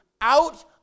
out